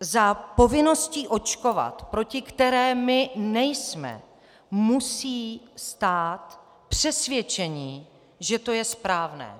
Za povinností očkovat, proti které my nejsme, musí stát přesvědčení, že to je správné.